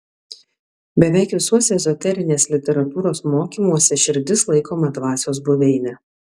beveik visuose ezoterinės literatūros mokymuose širdis laikoma dvasios buveine